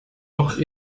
doch